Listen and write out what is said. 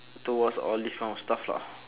to watch all these kind of stuff lah